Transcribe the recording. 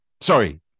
Sorry